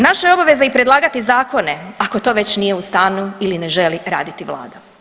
Naša je obaveza i predlagati zakone ako to već nije u stanju ili ne želi raditi vlada.